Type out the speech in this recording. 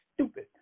stupid